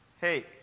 hey